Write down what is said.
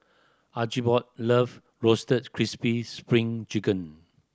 Archibald love Roasted Crispy Spring Chicken